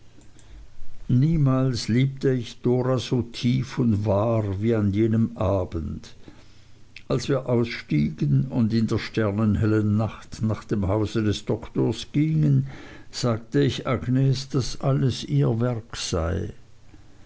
niemals liebte ich dora so tief und wahr wie an jenem abend als wir ausstiegen und in der sternenhellen nacht nach dem hause des doktors gingen sagte ich agnes daß alles ihr werk sei